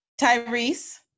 Tyrese